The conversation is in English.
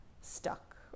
stuck